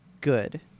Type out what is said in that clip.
good